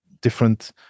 different